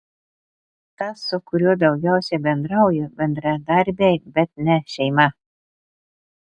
tas su kuriuo daugiausiai bendrauju bendradarbiai bet ne šeima